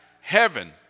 heaven